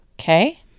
Okay